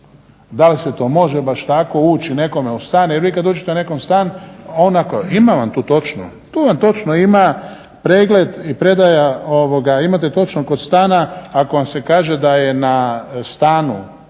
da li se to može baš tako ući nekome u stan. Jer vi kad dođete nekom u stan on ako, ima vam tu točno, tu vam točno ima pregled i predaja, imate točno kod stana ako vam se kaže da je na stanu